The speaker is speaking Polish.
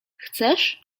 chcesz